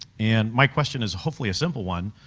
and my question is hopefully a simple one.